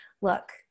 look